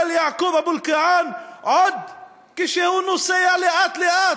יעקוב אבו אלקיעאן עוד כשהוא נוסע לאט-לאט,